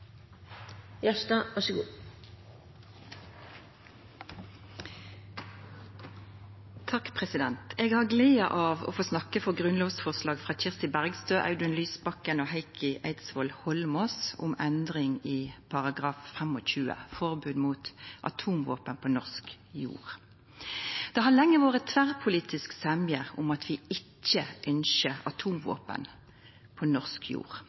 å snakka for grunnlovsforslaget frå Kirsti Bergstø, Audun Lysbakken og Heikki Eidsvoll Holmås om endring i § 25, forbod mot atomvåpen på norsk jord. Det har lenge vore tverrpolitisk semje om at vi ikkje ynskjer atomvåpen på norsk jord.